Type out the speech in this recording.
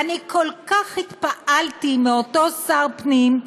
כל כך התפעלתי מאותו שר פנים,